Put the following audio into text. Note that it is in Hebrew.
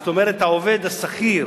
זאת אומרת העובד השכיר